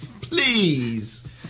Please